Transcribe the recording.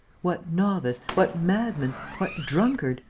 what novice, what madman, what drunkard,